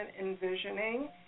envisioning